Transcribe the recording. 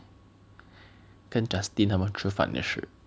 跟 Justina 他们吃饭也是